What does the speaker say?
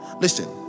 Listen